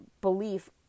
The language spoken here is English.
belief